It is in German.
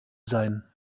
sein